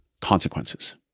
consequences